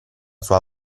sua